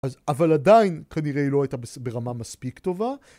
אבל עדיין כנראה לא הייתה ברמה מספיק טובה.